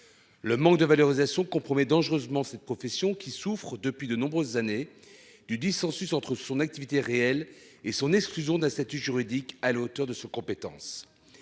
Le manque de valorisation compromet dangereusement cette profession qui souffrent depuis de nombreuses années, du dissensus entre son activité réelle et son exclusion d'un statut juridique à l'auteur de ce compétence.